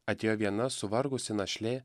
atėjo viena suvargusi našlė